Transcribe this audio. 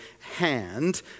hand